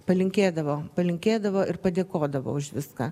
palinkėdavo palinkėdavo ir padėkodavo už viską